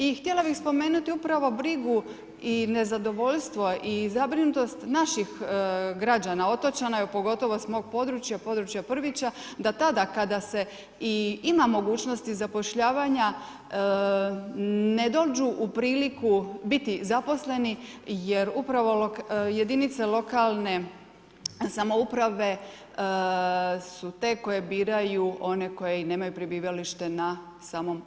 I htjela bih spomenuti upravo brigu i nezadovoljstvo i zabrinutost naših građana, otočana i pogotovo s mog područja, područja Prvića, da tada kada se i ima mogućnosti zapošljavanja ne dođu u priliku biti zaposleni jer upravo jedinice lokalne samouprave su te koje biraju one koji nemaju prebivalište na samom otoku.